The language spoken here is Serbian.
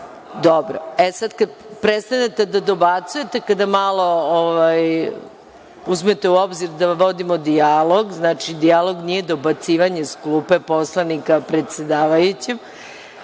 Kada prestanete da dobacujete, kada malo uzmete u obzir da vodimo dijalog, dijalog nije dobacivanje iz klupe poslanika predsedavajućem,